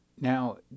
Now